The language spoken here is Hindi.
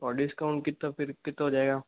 और डिस्काउंट कितना से कितने का हो जायेगा